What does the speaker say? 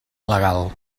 legal